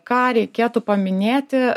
ką reikėtų paminėti